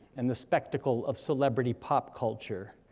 and the spectacle of celebrity pop culture.